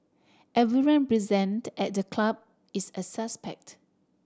everyone present at the club is a suspect